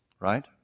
Right